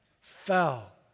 fell